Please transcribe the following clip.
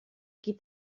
qui